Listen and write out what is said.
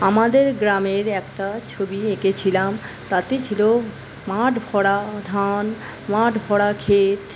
আমাদের গ্রামের একটা ছবি এঁকেছিলাম তাতে ছিল মাঠ ভরা ধান মাঠ ভরা ক্ষেত